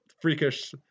freakish